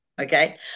okay